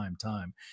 time